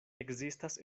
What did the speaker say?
ekzistas